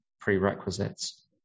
prerequisites